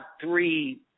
three